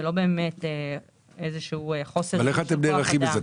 זה לא באמת איזשהו חוסר --- אבל איך אתם נערכים לזה?